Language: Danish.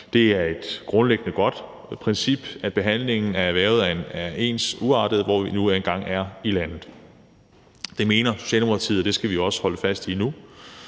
Det er et grundlæggende godt princip, at behandlingen af erhvervet er ens, uagtet hvor man nu engang er i landet; det mener Socialdemokratiet, og det skal vi også holde fast i nu.